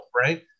Right